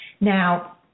Now